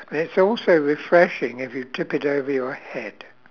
it's also refreshing if you tip it over your head